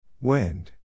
Wind